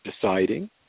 deciding